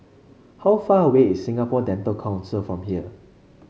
how far away is Singapore Dental Council from here